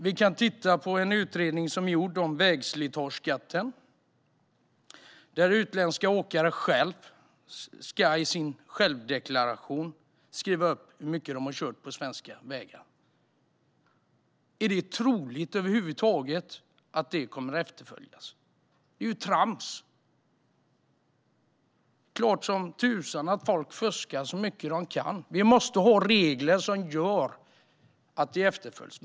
Vi kan titta på en utredning som gjorts om vägslitageskatten där utländska åkare i sin självdeklaration ska skriva upp hur mycket de har kört på svenska vägar. Är det troligt att detta kommer att efterföljas över huvud taget? Det är ju trams. Det är klart som tusan att folk fuskar så mycket de kan. Vi måste ha regler som gör att det efterföljs.